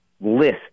list